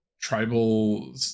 tribal